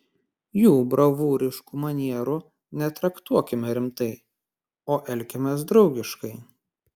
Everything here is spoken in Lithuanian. jų bravūriškų manierų netraktuokime rimtai o elkimės draugiškai